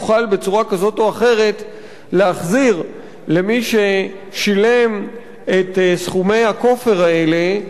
יוכל בצורה כזאת או אחרת להחזיר למי ששילם את סכומי הכופר האלה,